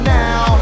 now